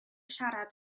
siarad